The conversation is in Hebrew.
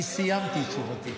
כי סיימתי את תשובתי.